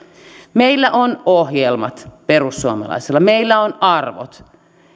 meillä perussuomalaisilla on ohjelmat meillä on arvot